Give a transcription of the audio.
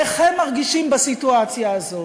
איך הם מרגישים בסיטואציה הזאת?